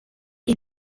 est